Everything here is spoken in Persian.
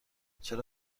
چرا